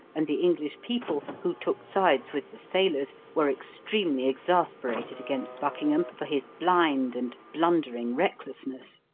and the english people, who took sides with the sailors, were extremely exasperated against buckingham for his blind and blundering recklessness,